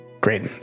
Great